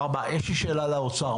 יש לי שאלה לאוצר.